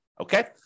Okay